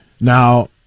Now